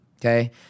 okay